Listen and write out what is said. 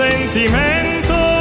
Sentimento